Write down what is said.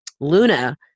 Luna